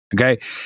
okay